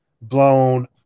blown